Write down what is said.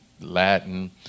Latin